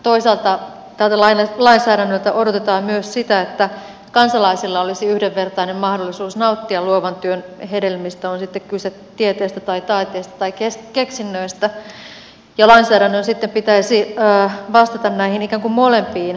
toisaalta tältä lainsäädännöltä odotetaan myös sitä että kansalaisilla olisi yhdenvertainen mahdollisuus nauttia luovan työn hedelmistä on sitten kyse tieteestä tai taiteesta tai keksinnöistä ja lainsäädännön sitten pitäisi ikään kuin vastata näihin molempiin vaatimuksiin